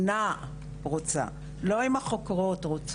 כדי לשנות כיוון, וסגן השר, לצערי, כבר לא פה.